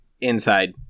Inside